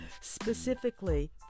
specifically